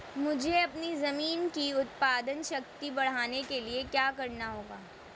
मुझे अपनी ज़मीन की उत्पादन शक्ति बढ़ाने के लिए क्या करना होगा?